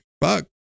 fuck